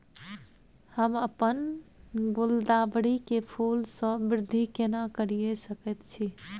हम अपन गुलदाबरी के फूल सो वृद्धि केना करिये सकेत छी?